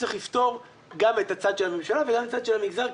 צריך לפתור גם את הצד של הממשלה וגם את הצד של המגזר,